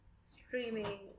streaming